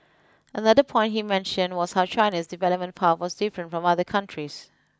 another point he mentioned was how China's development path was different from other countries